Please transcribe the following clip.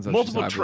multiple